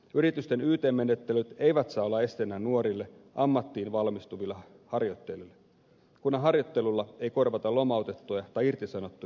yritysten yt menettelyt eivät saa olla esteenä nuorille ammattiin valmistuville harjoittelijoille kunhan harjoittelulla ei korvata lomautettuja tai irtisanottuja työntekijöitä